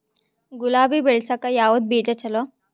ಗುಲಾಬಿ ಬೆಳಸಕ್ಕ ಯಾವದ ಬೀಜಾ ಚಲೋ?